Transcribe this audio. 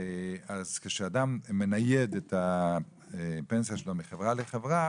כשאדם מנייד את הפנסיה שלו מחברה לחברה